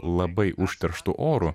labai užterštu oru